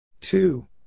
Two